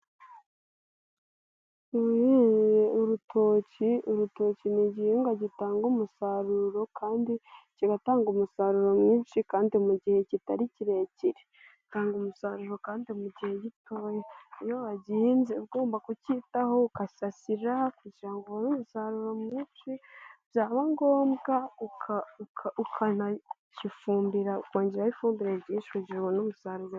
Urutoki ni igihingwa gitanga umusaruro kandi kigatanga umusaruro mwinshi kandi mu gihe kitari kirekire ,utanga umusaruro kandi mu gihe gitoya, iyo wagihinze ugomba kucyitaho ugasasira kugira ubone umusaruro mwinshi byaba ngombwa ukanagifumbira ukongeraho ifumbire mwishi igihe ubona umusaruro.